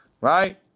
Right